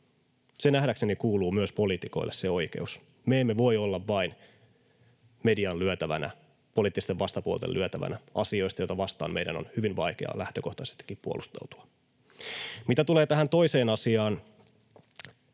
nähdäkseni kuuluun myös poliitikoille. Me emme voi olla vain median lyötävänä, poliittisten vastapuolten lyötävänä asioista, joita vastaan meidän on hyvin vaikea lähtökohtaisetkin puolustautua. Mitä tulee tähän toiseen asiaan,